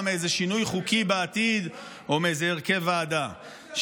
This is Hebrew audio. מאיזה שינוי חוקי בעתיד או מהרכב ועדה,